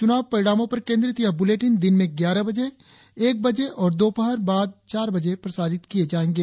चुनाव परिणामों पर केंद्रित यह बुलेटिन दिन में ग्यारह बजे एक बजे और दोपहर बाद चार बजे प्रसारित किए जायेंगे